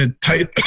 tight